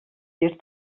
bir